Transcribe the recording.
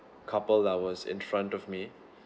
couple that was in front of me